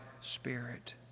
spirit